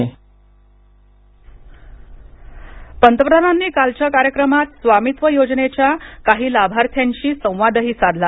intro म्जम्ले पंतप्रधानांनी कालच्या कार्यक्रमात स्वामित्व योजनेच्या काही लाभार्थ्यांशी संवादही साधला